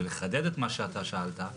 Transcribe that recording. ולחדד את מה ששאלת,